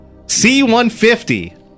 C150